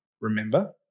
remember